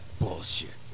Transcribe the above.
Bullshit